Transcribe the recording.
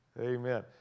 Amen